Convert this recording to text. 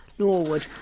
Norwood